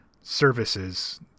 services